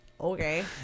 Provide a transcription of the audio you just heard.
Okay